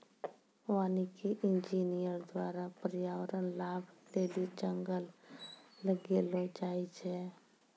वानिकी इंजीनियर द्वारा प्रर्यावरण लाभ लेली जंगल लगैलो जाय छै